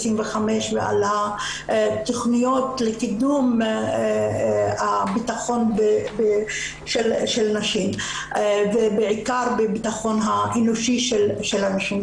ועל התכניות לקידום הבטחון של נשים ובעיקר בבטחון האנושי של הנשים.